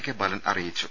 K Balan അറിയിച്ചു